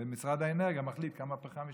ומשרד האנרגיה מחליט בכמה פחם ישתמשו,